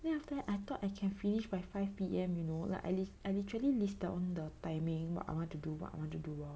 then after that I thought I can finish by five P_M you know like I literally listed all the timing what I want to do what I want to do what